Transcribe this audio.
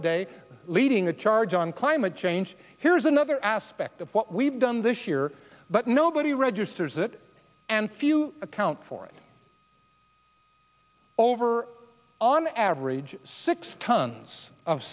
today leading the charge on climate change here's another aspect of what we've done this year but nobody registers it and few account for it over on average six tons of